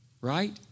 right